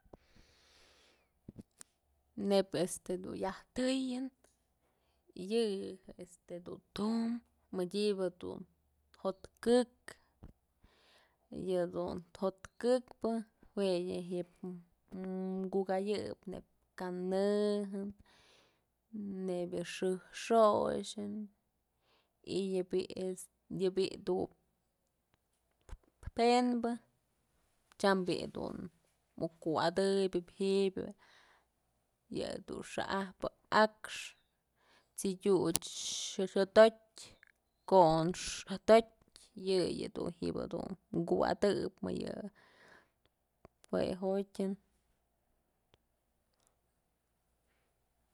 Neyb este dun yaj teyën yë este dun tumbë mëdyëbë dun jo'ot këk yëdun jo'ot kë'ëkpë juë yë ji'i kukayëp neyb kanëjën nëyb yë xëjk xoxën y yë bi'i penbë tyam bi'i dun muk kuwa'adëpyëp ji'ib yëdun xa'ajpë akxë, t'sëdyut xodotyë, kon xodotyë yëyë jedun ji'ib kuwa'atëp mëyë jue jotyën.